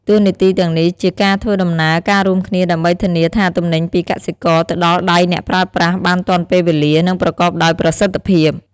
តួនាទីទាំងនេះជាការធ្វើដំណើរការរួមគ្នាដើម្បីធានាថាទំនិញពីកសិករទៅដល់ដៃអ្នកប្រើប្រាស់បានទាន់ពេលវេលា និងប្រកបដោយប្រសិទ្ធភាព។